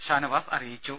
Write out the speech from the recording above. ഷാനവാസ് അറിയിച്ചു